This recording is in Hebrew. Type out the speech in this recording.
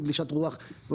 גלישת רוח,